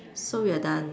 so we're done